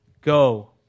Go